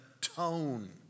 tone